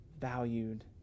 valued